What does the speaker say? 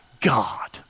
God